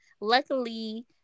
Luckily